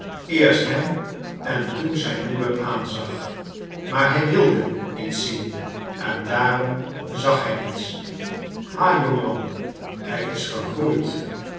eerst hem en toen zijn moeder aanzag maar hij wilde niets zien en daarom zag hij niets ha jonge man hij is gegroeid